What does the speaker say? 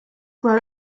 grow